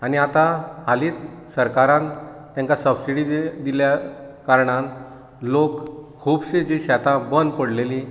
आनी आतां हालींत सर्काराक तांकां सबसिडी दील दिल्या कारणान लोक खूब शी जीं शेतां बंद पडलेलीं